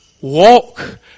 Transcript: walk